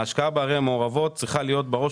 ההשקעה בערים המעורבות צריכה להיות בראש